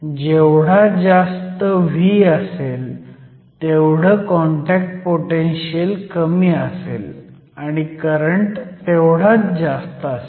जेवढा जास्त V असेल तेवढं कॉन्टॅक्ट पोटेनशीयल कमी असेल आणि करंट तेवढा जास्त असेल